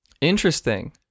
Interesting